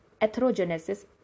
atherogenesis